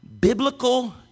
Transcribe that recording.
biblical